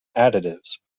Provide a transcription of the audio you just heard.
additives